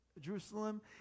Jerusalem